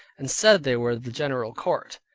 and said they were the general court.